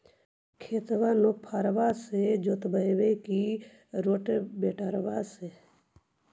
खेत नौफरबा से जोतइबै की रोटावेटर से?